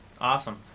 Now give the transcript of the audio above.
Awesome